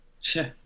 Sure